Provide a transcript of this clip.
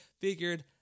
figured